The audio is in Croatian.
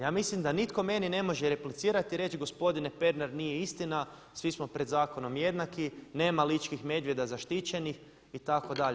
Ja mislim da nitko meni ne može replicirati i reći gospodine Pernar nije istina svi smo pred zakonom jednaki, nema ličkih medvjeda zaštićenih itd.